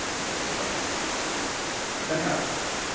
अस्तु अस्तु धन्यवादाः